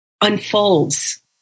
unfolds